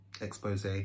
expose